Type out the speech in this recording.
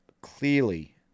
clearly